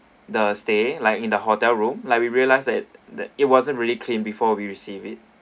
the stay like in the hotel room like we realise that that it wasn't really clean before we receive it